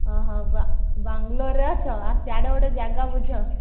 ଓ ହୋ ବାଙ୍ଗଲୋରରେ ଅଛ ସିଆଡ଼େ ଗୋଟେ ଜାଗା ବୁଝ